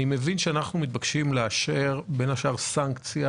אני מבין שאנחנו מתבקשים לאשר בין השאר סנקציה